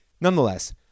Nonetheless